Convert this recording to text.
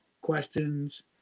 questions